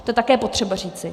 To je také potřeba říci.